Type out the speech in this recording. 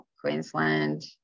Queensland